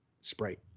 Sprite